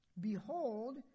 Behold